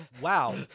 wow